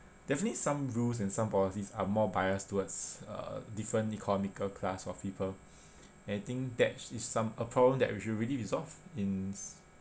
definitely some rules and some policies are more biased towards uh different economical class of people and I think that is some a problem that we should really resolve in